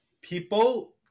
people